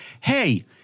Hey